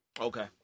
Okay